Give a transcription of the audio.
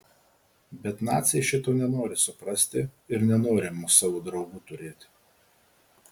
bet naciai šito nenori suprasti ir nenori mus savo draugu turėti